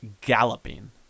galloping